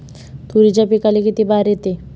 तुरीच्या पिकाले किती बार येते?